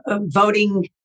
voting